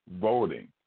voting